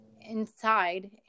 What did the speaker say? inside